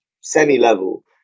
semi-level